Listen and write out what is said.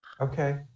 okay